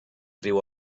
riu